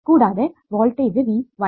കൂടാതെ voltage V1